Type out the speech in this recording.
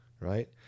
right